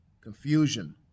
confusion